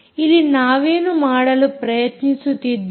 ಇಲ್ಲಿ ನಾವೇನು ಮಾಡಲು ಪ್ರಯತ್ನಿಸುತ್ತಿದ್ದೇವೆ